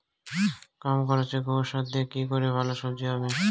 কম খরচে গোবর সার দিয়ে কি করে ভালো সবজি হবে?